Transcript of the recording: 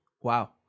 Wow